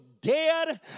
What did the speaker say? dead